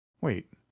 Wait